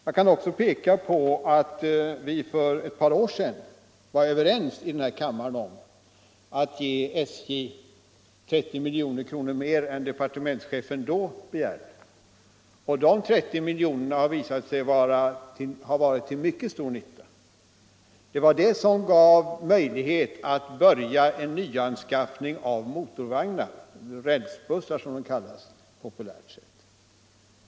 Jag kan också peka på att vi för ett par år sedan i den här kammaren var överens om att ge SJ 30 milj.kr. mer än departementschefen då begärde, och de 30 miljonerna har varit till mycket stor nytta. Det var dessa 30 miljoner som gav SJ möjligheter att börja en nyanskaffning av motorvagnar eller rälsbussar som de populärt kallas.